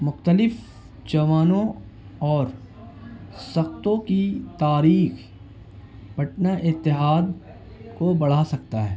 مختلف جوانوں اور سختیوں کی تاریخ پٹنہ اتحاد کو بڑھا سکتا ہے